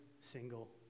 single